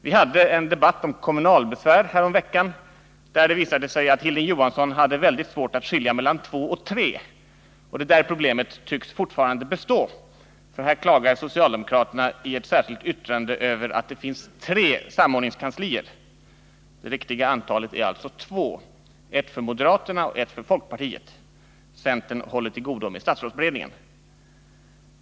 Vi hade en debatt om kommunalbesvär härom veckan, då det visade sig att Hilding Johansson hade väldigt svårt att skilja mellan två och tre. Det problemet tycks fortfarande bestå, för här klagar socialdemokraterna i ett särskilt yttrande över att det finns tre samordningskanslier. Det riktiga antalet är två, ett för moderaterna och ett för folkpartiet — centern håller till godo med statsrådsberedningen.